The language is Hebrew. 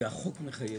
והחוק מחייב את זה.